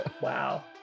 Wow